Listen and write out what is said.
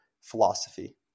philosophy